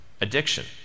addiction